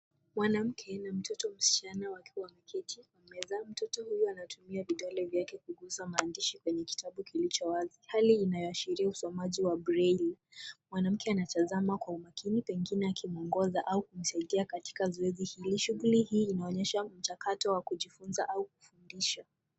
Mwanamke na mtoto msichana wakiwa wameketi kwenye meza, mtoto huyu anatumia vidole vyake kugusa maandishi kwenye kitabu kilicho wazi. Hali inawashiria usomaji wa braille. Mwanamke anatazama kwa umakini pengine akimwongoza au kumsaidia katika zoezi. Shughuli hii inaonyesha mchakato wa kujifunza au kufundisha.